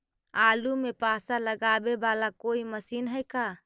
आलू मे पासा लगाबे बाला कोइ मशीन है का?